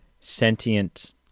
sentient